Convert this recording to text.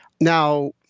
Now